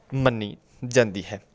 ਮੰਨੀ ਜਾਂਦੀ ਹੈ